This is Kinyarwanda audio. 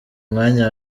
mwanya